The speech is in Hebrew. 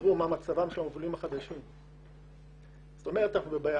תראו מה מצבם היום, זה אומר שאנחנו בבעיה.